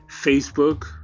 Facebook